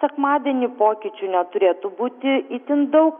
sekmadienį pokyčių neturėtų būti itin daug